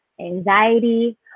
anxiety